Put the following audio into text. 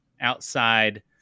outside